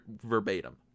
verbatim